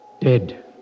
Dead